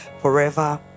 forever